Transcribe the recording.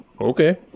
Okay